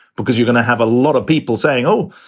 because you're going to have a lot of people saying, oh,